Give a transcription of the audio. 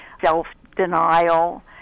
self-denial